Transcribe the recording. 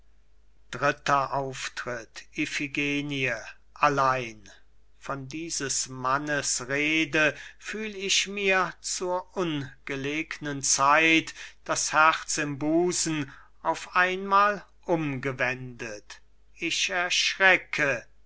dritter auftritt iphigenie allein von dieses mannes rede fühl ich mir zur ungelegnen zeit das herz im busen auf einmal umgewendet ich erschrecke